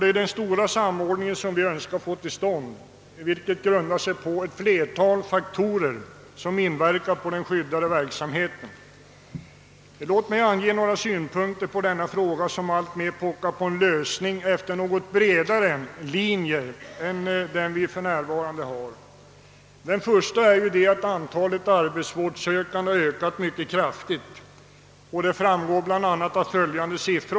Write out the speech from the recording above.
Det är denna stora samordning vi önskar få till stånd, och detta av flera orsaker som inverkar på den skyddade verksamheten. Låt mig anföra några synpunkter på denna fråga, som alltmer pockar på en lösning efter något bredare linjer än för närvarande. Den första är att antalet arbetsvårdssökande har ökat mycket kraftigt, vilket framgår av följande siff ror.